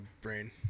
brain